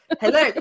hello